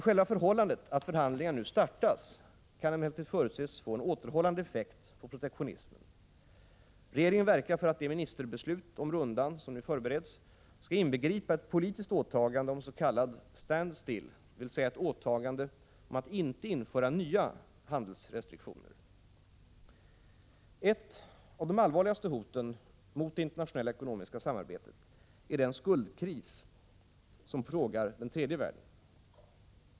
Själva förhållandet att förhandlingar nu startas kan emellertid förutses få en återhållande effekt på protektionismen. Regeringen verkar för att det ministerbeslut om rundan som nu förbereds skall inbegripa ett politiskt åtagande om s.k. stand-still, dvs. ett åtagande om att inte införa nya handelsrestriktioner. Ett av de allvarligaste hoten mot det internationella ekonomiska samarbetet är den skuldkris som plågar den tredje världen.